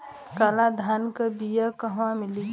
काला धान क बिया कहवा मिली?